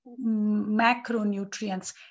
macronutrients